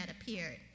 appeared